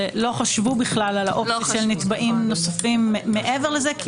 ולא חשבו בכלל על --- של נתבעים נוספים מעבר לזה.